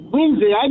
Wednesday